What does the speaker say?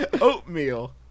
Oatmeal